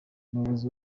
umuyobozi